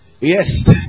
yes